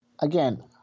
Again